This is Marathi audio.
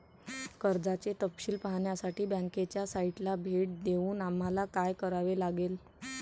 कर्जाचे तपशील पाहण्यासाठी बँकेच्या साइटला भेट देऊन आम्हाला काय करावे लागेल?